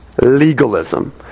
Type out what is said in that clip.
legalism